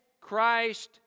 Christ